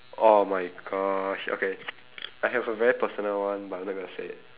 oh my gosh okay I have a very personal one but I'm not going to say it